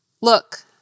Look